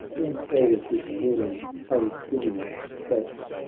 then all his glory aristides felt.